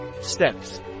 Steps